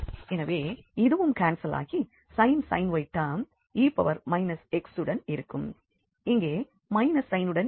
எனவே இதுவும் கான்செல் ஆகி sin y term e x உடன் இருக்கும் இங்கே மைனஸ் சைனுடன் இருக்கும்